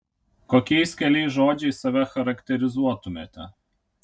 kokiais keliais žodžiais save charakterizuotumėte